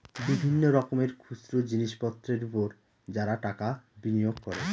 বিভিন্ন রকমের খুচরো জিনিসপত্রের উপর যারা টাকা বিনিয়োগ করে